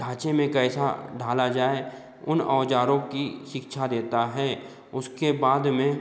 ढांचे में कैसा ढाला जाय उन औजारों कि शिक्षा देता है उसके बाद में